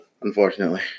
Unfortunately